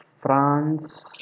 France